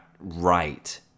right